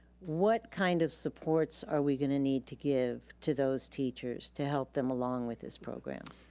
what kind of supports are we gonna need to give to those teachers to help them along with this program?